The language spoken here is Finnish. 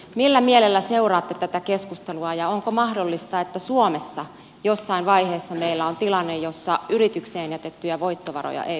millä mielellä seuraatte tätä keskustelua ja onko mahdollista että suomessa jossain vaiheessa meillä on tilanne jossa yritykseen jätettyjä voittovaroja ei veroteta